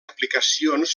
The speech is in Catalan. aplicacions